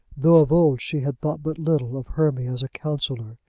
though of old she had thought but little of hermy as a counsellor.